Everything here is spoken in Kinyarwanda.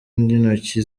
y’intoki